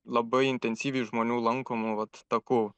labai intensyviai žmonių lankomų vat takų